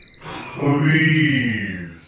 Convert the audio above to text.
Please